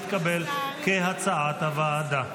כהצעת הוועדה,